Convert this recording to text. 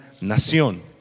nación